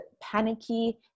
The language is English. panicky